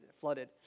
flooded